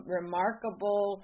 remarkable